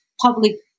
public